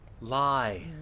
Lie